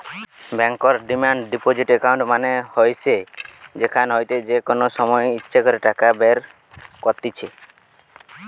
বেঙ্কর demand deposit account মানে হইসে যেখান হইতে যে কোনো সময় ইচ্ছে টাকা বের কত্তিছে